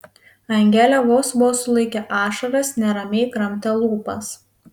angelė vos vos sulaikė ašaras neramiai kramtė lūpas